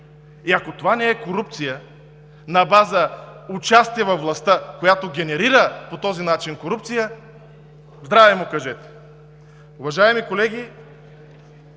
И ако това не е корупция на база участие във властта, която генерира по този начин корупция, здраве му кажете. Уважаеми колеги,